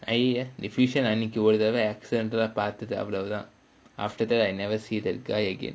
அய்யய்ய:ayyayya deficient அன்னைக்கு ஒரு தடவ:annaikku oru thadava accidental ah பாத்துட்டேன் அவ்ளவுதான்:paathuttaen avlavuthaan after that I never see the guy again